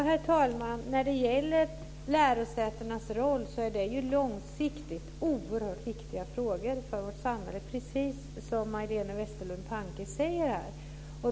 Herr talman! Lärosätenas roll är långsiktigt oerhört viktiga frågor för samhället, precis som Majléne Westerlund Panke säger.